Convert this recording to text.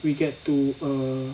we get to err